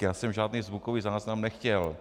Já jsem žádný zvukový záznam nechtěl.